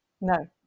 No